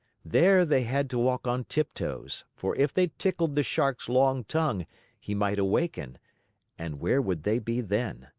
there they had to walk on tiptoes, for if they tickled the shark's long tongue he might awaken and where would they be then?